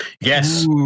Yes